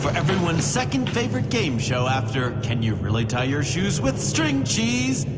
everyone's second-favorite game show after can you really tie your shoes with string cheese,